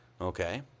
okay